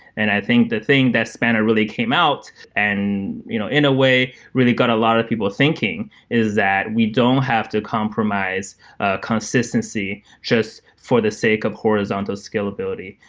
and i think the thing that spanner that really came out and you know in a way really got a lot of people thinking is that we don't have to compromise ah consistency just for the sake of horizontal scalability.